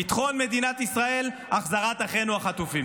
ביטחון מדינת ישראל והחזרת אחינו החטופים.